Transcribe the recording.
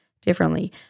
differently